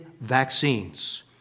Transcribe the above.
vaccines